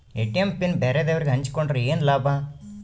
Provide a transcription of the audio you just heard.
ATM PIN ಬ್ಯಾರೆದವರಗೆ ಹಂಚಿಕೊಂಡರೆ ಏನು ಲಾಭ?